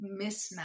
mismatch